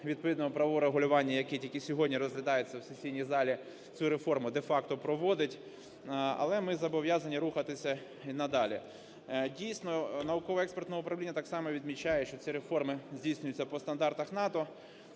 відповідного правового регулювання, яке тільки сьогодні розглядається в сесійній залі, цю реформу де-факто проводить, але ми зобов'язані рухатися і надалі. Дійсно, науково-експертне управління так само відмічає, що ці реформи здійснюються по стандартах НАТО.